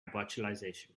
virtualization